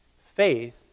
Faith